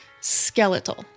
skeletal